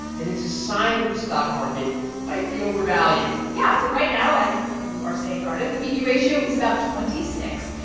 then it's a sign that the stock market might be overvalued yeah. so right now, as you are saying, cardiff, the p e ratio is about twenty six.